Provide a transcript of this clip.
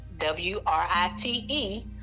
w-r-i-t-e